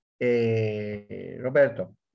Roberto